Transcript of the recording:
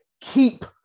keep